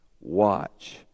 Watch